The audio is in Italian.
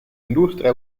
industria